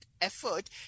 effort